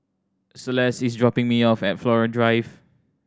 Celeste is dropping me off at Flora Drive